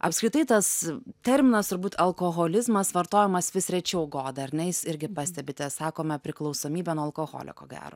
apskritai tas terminas turbūt alkoholizmas vartojamas vis rečiau goda ar ne jis irgi pastebite sakome priklausomybė nuo alkoholio ko gero